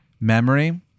memory